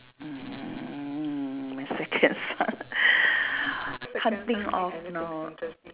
mm my second son can't think of now